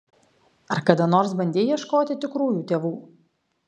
ar kada nors bandei ieškoti tikrųjų tėvų